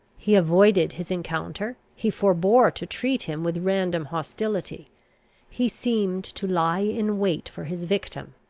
he avoided his encounter he forbore to treat him with random hostility he seemed to lie in wait for his victim,